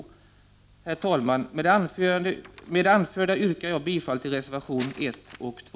Herr talman! Med det anförda yrkar jag bifall till reservationerna 1 och 2.